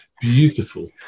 beautiful